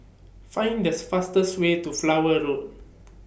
Find This fastest Way to Flower Road